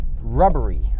rubbery